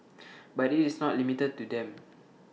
but IT is not limited to them